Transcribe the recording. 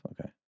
Okay